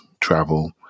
travel